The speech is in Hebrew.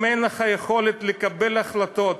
אם אין לך יכולת לקבל החלטות,